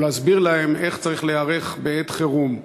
להסביר להם איך צריך להיערך בעת חירום.